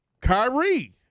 Kyrie